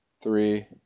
three